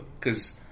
Cause